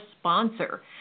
sponsor